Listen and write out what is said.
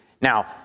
Now